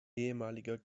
ehemaliger